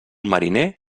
mariner